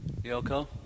Yoko